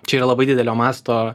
čia yra labai didelio mąsto